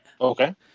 Okay